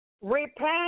Repent